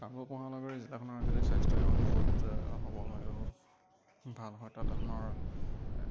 কামৰূপ মহানগৰী জিলাখনৰ আজিকালি স্বাস্থ্য সেৱাটো বহুত সবল হয় বহুত ভাল হয় তাত আমাৰ